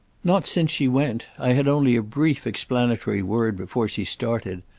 not since she went i had only a brief explanatory word before she started.